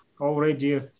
already